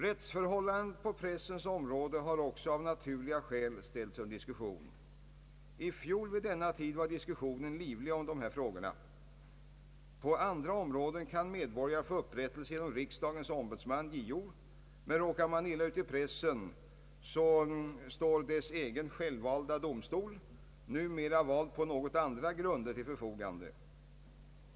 Rättsförhållandena på pressens område har också av naturliga skäl ställts under diskussion. I fjol vid denna tid var diskussionen livlig om dessa frågor. På andra områden kan medborgare få upprättelse genom riksdagens ombudsman, JO, men råkar man illa ut i pressen, så står dess egen självvalda domstol, numera vald på något andra grunder, till förfogande.